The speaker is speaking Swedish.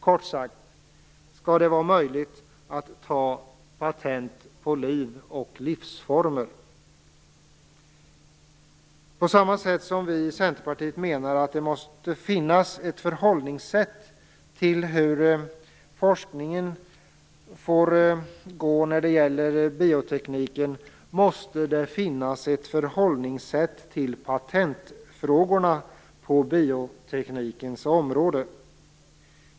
Kort sagt, skall det vara möjligt att ta patent på livsformer? På samma sätt som vi i Centerpartiet menar att det måste finnas ett förhållningssätt till hur långt forskningen får gå när det gäller biotekniken, måste det finnas ett förhållningssätt till patentfrågorna på bioteknikens område.